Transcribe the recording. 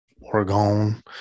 Oregon